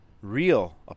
real